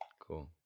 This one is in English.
Cool